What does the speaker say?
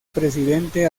presidente